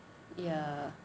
ya